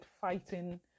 fighting